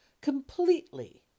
completely